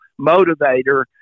motivator